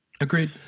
Agreed